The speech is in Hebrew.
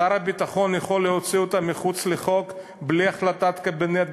שר הביטחון יכול להוציא אותם מחוץ לחוק בלי החלטת קבינט,